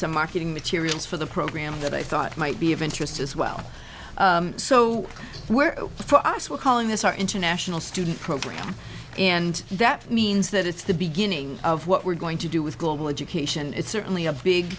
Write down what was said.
into marketing materials for the program that i thought might be of interest as well so where for us we're calling this our international student program and that means that it's the beginning of what we're going to do with global education it's certainly a big